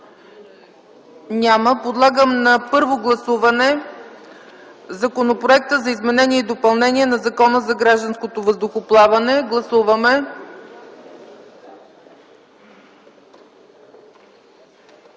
няма. Подлагам на първо гласуване Законопроекта за изменение и допълнение на Закона за гражданското въздухоплаване. Гласуваме!